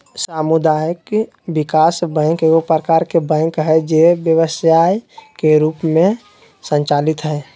सामुदायिक विकास बैंक एगो प्रकार के बैंक हइ जे व्यवसाय के रूप में संचालित हइ